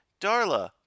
darla